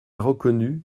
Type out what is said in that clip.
reconnu